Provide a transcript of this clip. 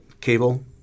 cable